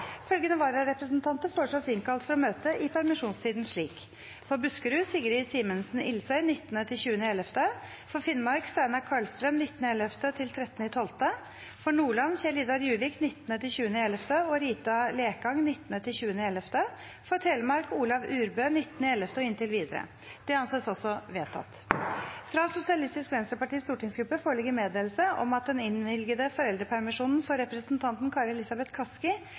Følgende vararepresentanter innkalles for å møte i permisjonstiden slik: For Buskerud: Sigrid Simensen Ilsøy 19.–20. november For Finnmark: Steinar Karlstrøm 19. november–13. desember For Nordland: Kjell-Idar Juvik 19.–20. november og Rita Lekang 19.–20. november For Telemark: Olav Urbø 19. november og inntil videre Fra Sosialistisk Venstrepartis stortingsgruppe foreligger meddelelse om at den innvilgede foreldrepermisjonen for representanten Kari Elisabeth Kaski